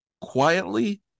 quietly